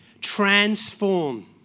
Transform